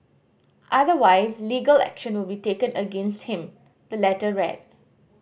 otherwise legal action will be taken against him the letter read